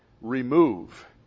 remove